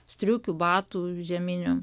striukių batų žieminių